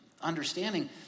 understanding